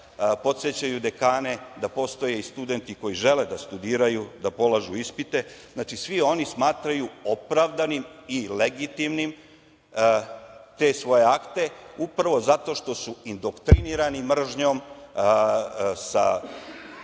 Đukića, dekane da postoje studenti koji žele da studiraju, da polažu ispite, svi oni smatraju opravdani i legitimnim te svoje akte, upravo zato što su indoktrinirani mržnjom sa